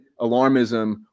alarmism